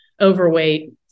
overweight